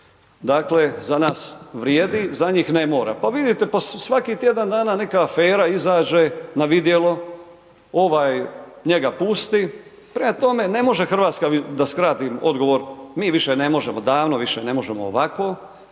dakle za nas vrijedi, za njih ne mora. Pa vidite po svaki tjedan dana neka afera izađe na vidjelo, ovaj njega pusti, prema tome, ne može Hrvatska da skratim odgovor, mi više ne možemo, davno više ne možemo ovako,